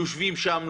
יושבים שם,